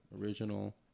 original